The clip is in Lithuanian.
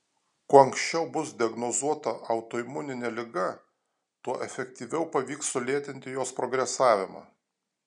kuo anksčiau bus diagnozuota autoimuninė liga tuo efektyviau pavyks sulėtinti jos progresavimą